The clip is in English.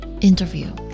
interview